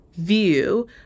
view